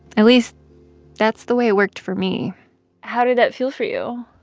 at least that's the way it worked for me how did it feel for you?